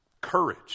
courage